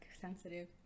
sensitive